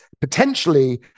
potentially